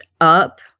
up